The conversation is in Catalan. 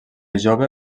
jove